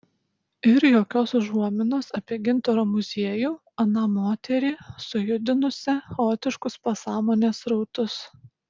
ir jokios užuominos apie gintaro muziejų aną moterį sujudinusią chaotiškus pasąmonės srautus